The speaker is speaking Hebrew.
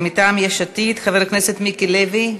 מטעם יש עתיד, חבר הכנסת מיקי לוי.